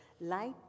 light